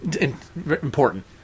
important